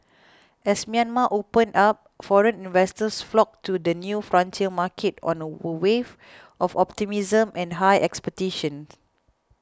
as Myanmar opened up foreign investors flocked to the new frontier market on a wave of optimism and high expectations